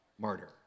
martyr